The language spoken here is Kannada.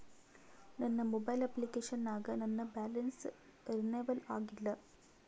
ನನ್ನ ಮೊಬೈಲ್ ಅಪ್ಲಿಕೇಶನ್ ನಾಗ ನನ್ ಬ್ಯಾಲೆನ್ಸ್ ರೀನೇವಲ್ ಆಗಿಲ್ಲ